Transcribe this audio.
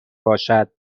باشد